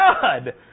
God